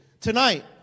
tonight